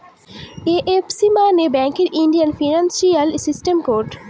IFC মানে ব্যাঙ্কের Indian financial system code